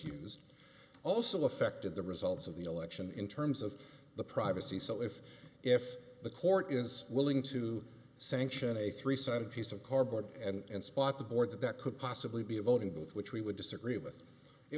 used also affected the results of the election in terms of the privacy so if if the court is willing to sanction a three sided piece of cardboard and spot the board that that could possibly be a voting booth which we would disagree with it